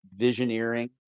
visioneering